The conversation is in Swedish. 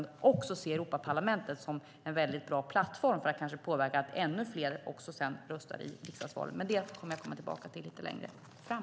Vi ska också se Europaparlamentet som en bra plattform för att kanske kunna påverka så att ännu fler också röstar i riksdagsvalet. Jag kommer tillbaka till detta lite längre fram.